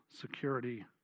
security